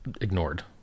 ignored